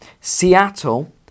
Seattle